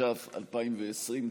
התש"ף 2020, כבר.